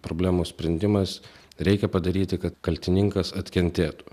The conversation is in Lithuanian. problemos sprendimas reikia padaryti kad kaltininkas atkentėtų